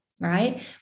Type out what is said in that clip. right